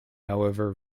however